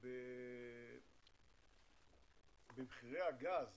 במחירי הגז